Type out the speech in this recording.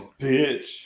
bitch